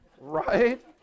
right